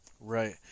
Right